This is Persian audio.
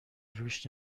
روش